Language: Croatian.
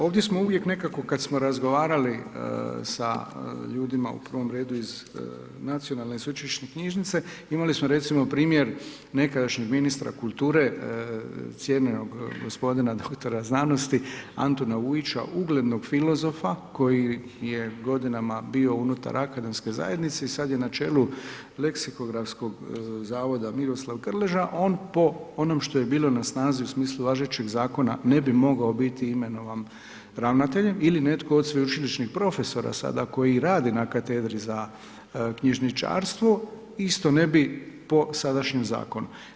Ovdje smo uvijek nekako kada smo razgovarali sa ljudima u prvom redu iz Nacionalne i sveučilišne knjižnice, imali smo recimo primjer nekadašnjeg ministra kulture, cijenjenog gospodina dr. znanosti Antuna Vujića, uglednog filozofa koji je godinama bio unutar akademske zajednice i sada je na čelu Leksikografskog zavoda Miroslav Krleža, on po onom što je bilo na snazi u smislu važećeg zakona ne bi mogao biti imenovan ravnateljem, ili netko od sveučilišnih profesora sada koji rade na katedri za knjižničarstvo isto ne bi po sadašnjem zakonu.